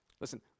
Listen